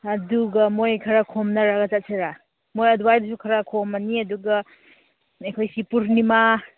ꯑꯗꯨꯒ ꯃꯣꯏ ꯈꯔ ꯈꯣꯝꯅꯔꯒ ꯆꯠꯁꯤꯔꯥ ꯃꯣꯏ ꯑꯗꯨꯋꯥꯏꯗꯁꯨ ꯈꯔ ꯈꯣꯝꯂꯅꯤ ꯑꯗꯨꯒ ꯑꯩꯈꯣꯏꯁꯤ ꯄꯨꯔꯅꯤꯃꯥ